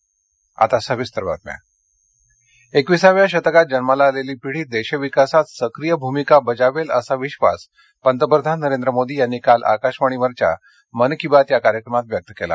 मन की बात एकविसाव्या शतकात जन्माला आलेली पिढी देश विकासात सक्रीय भूमिका बजावेल असा विश्वास पंतप्रधान नरेंद्र मोदी यांनी काल आकाशवाणीवरच्या मन की बात या कार्यक्रमात व्यक्त केला